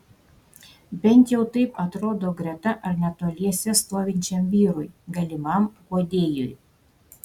bent jau taip atrodo greta ar netoliese stovinčiam vyrui galimam guodėjui